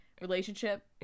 relationship